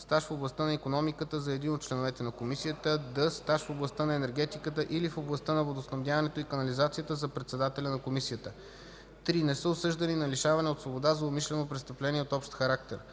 стаж в областта на икономиката – за един от членовете на комисията; д) стаж в областта на енергетиката или в областта на водоснабдяването и канализацията – за председателя на комисията; 3. не са осъждани на лишаване от свобода за умишлено престъпление от общ характер.